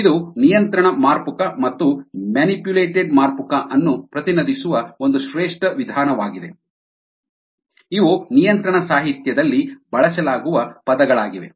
ಇದು ನಿಯಂತ್ರಣ ಮಾರ್ಪುಕ ಮತ್ತು ಮ್ಯಾನಿಪ್ಯುಲೇಟೆಡ್ ಮಾರ್ಪುಕ ಅನ್ನು ಪ್ರತಿನಿಧಿಸುವ ಒಂದು ಶ್ರೇಷ್ಠ ವಿಧಾನವಾಗಿದೆ ಇವು ನಿಯಂತ್ರಣ ಸಾಹಿತ್ಯದಲ್ಲಿ ಬಳಸಲಾಗುವ ಪದಗಳಾಗಿವೆ